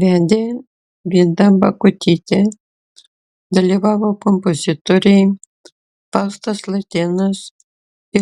vedė vida bakutytė dalyvavo kompozitoriai faustas latėnas